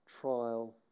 trial